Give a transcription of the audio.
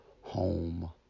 home